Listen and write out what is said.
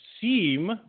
seem